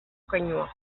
keinua